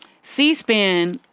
C-SPAN